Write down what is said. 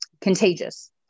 contagious